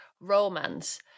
romance